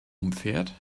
umfährt